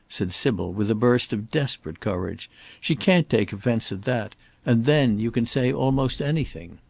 said sybil with a burst of desperate courage she can't take offence at that and then you can say almost anything.